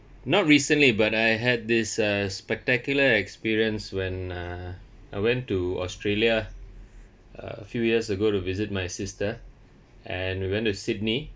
not recently but I had this uh spectacular experience when uh I went to australia a few years ago to visit my sister and we went to sydney